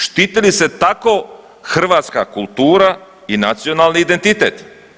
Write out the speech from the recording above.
Štiti li se tako hrvatska kultura i nacionalni identitet?